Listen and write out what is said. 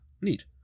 neat